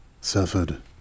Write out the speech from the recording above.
suffered